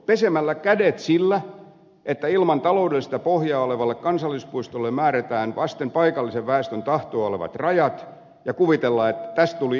pesemällä kädet sillä että ilman taloudellista pohjaa olevalle kansallispuistolle määrätään vasten paikallisen väestön tahtoa olevat rajat ja kuvitellaan että tässä tuli itämeri suojeltua